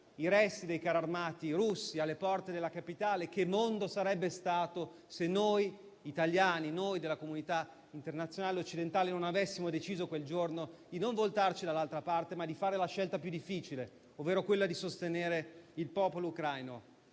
i resti dei carri armati russi alle porte della Capitale, si chiede che mondo sarebbe stato se noi italiani, noi della comunità internazionale occidentale, avessimo deciso quel giorno non di voltarci dall'altra parte, ma di fare la scelta più difficile, ovvero di sostenere il popolo ucraino.